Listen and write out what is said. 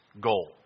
goal